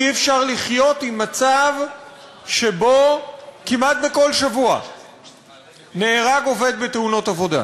אי-אפשר לחיות עם מצב שבו כמעט בכל שבוע נהרג עובד בתאונות עבודה.